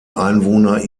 einwohner